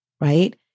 right